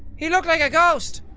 he looked like a ghost!